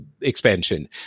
expansion